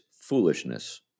foolishness